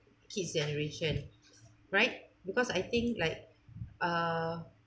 kids' generation right because I think like uh